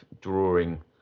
drawing